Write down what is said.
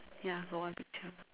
ya got one picture